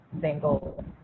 single